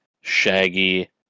Shaggy